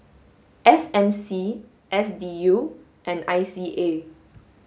S M C S D U and I C A